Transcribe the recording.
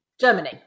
Germany